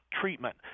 treatment